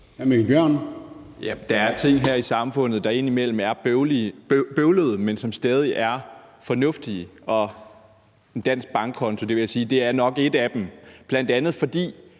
Der er ting her i samfundet, der indimellem er bøvlede, men som stadig er fornuftige, og en dansk bankkonto vil jeg sige nok er en af dem, bl.a. fordi